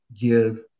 give